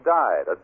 died